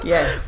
Yes